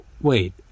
wait